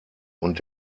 und